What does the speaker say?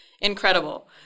incredible